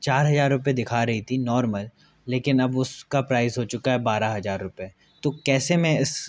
चार हज़ार रुपये दिखा रही थी नॉर्मल लेकिन अब उसका प्राइस हो चुका है बारह हज़ार रुपये तो कैसे मैं इस